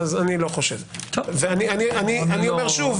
אני לא חושב.